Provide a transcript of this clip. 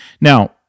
Now